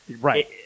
Right